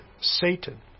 Satan